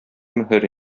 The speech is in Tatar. мөһер